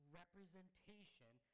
representation